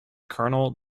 colonel